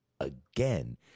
again